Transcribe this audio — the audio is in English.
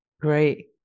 great